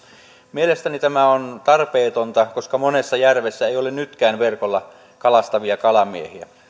mielestäni tämä on tarpeetonta koska monessa järvessä ei ole nytkään verkolla kalastavia kalamiehiä